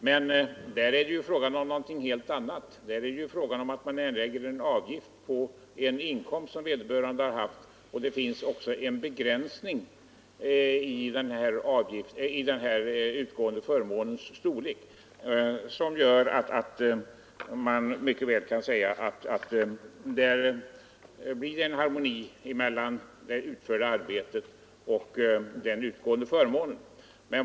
Men där är det ju fråga om någonting helt annat: Man erlägger en avgift på en inkomst man har haft, och det finns också en begränsning i den utgående förmånens storlek som gör att man mycket väl kan a att det blir harmoni mellan det utförda arbetet och den utgående förmånen.